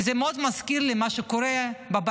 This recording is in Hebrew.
כי זה מאוד מזכיר לי מה שקורה בבית: